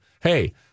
hey